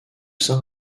saint